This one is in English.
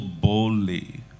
boldly